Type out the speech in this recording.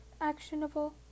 actionable